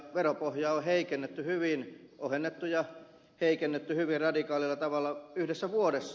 veropohjaa on ohennettu ja heikennetty hyvin radikaalilla tavalla yhdessä vuodessa